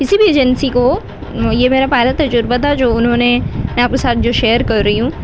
کسی بھی ایجنسی کو یہ میرا پہلا تجربہ تھا جو انہوں نے میں آپ کے ساتھ جو شیئر کر رہی ہوں